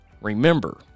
remember